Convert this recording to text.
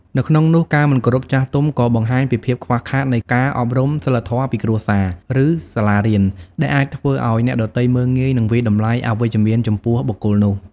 នៅក្នុងនោះ ការមិនគោរពចាស់ទុំ ក៏បង្ហាញពីភាពខ្វះខាតនៃការអប់រំសីលធម៌ពីគ្រួសារ ឬសាលារៀន ដែលអាចធ្វើឲ្យអ្នកដទៃមើលងាយ និងវាយតម្លៃអវិជ្ជមានចំពោះបុគ្គលនោះ។